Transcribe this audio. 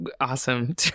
awesome